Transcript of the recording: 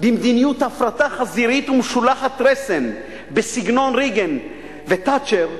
במדיניות הפרטה חזירית ומשולחת רסן בסגנון רייגן ותאצ'ר,